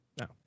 No